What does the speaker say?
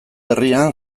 herrian